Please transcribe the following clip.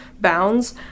bounds